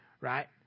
right